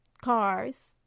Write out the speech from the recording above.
cars